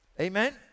Amen